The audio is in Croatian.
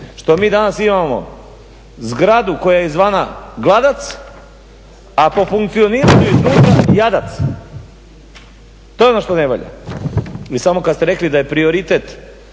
što mi danas imamo zgradu koja je izvana …/Ne razumije se./… a po funkcioniranju …/Ne razumije se./…, to je ono što ne valja. I samo kad ste rekli da je prioritet